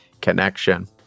connection